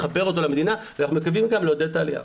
לחבר אותו למדינה ואנחנו מקווים גם לעודד את העלייה.